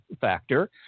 factor